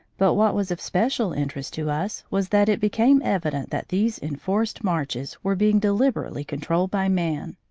but what was of special interest to us was that it became evident that these enforced marches were being deliberately controlled by man.